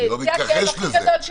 אני לא מתכחש לזה.